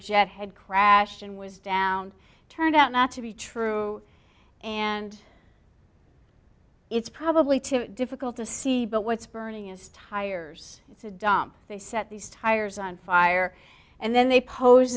jet had crashed and was downed turned out not to be true and it's probably too difficult to see but what's burning is tires it's a dump they set these tires on fire and then they pose